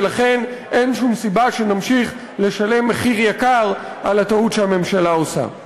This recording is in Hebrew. ולכן אין שום סיבה שנמשיך לשלם מחיר יקר על הטעות שהממשלה עושה.